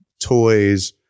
toys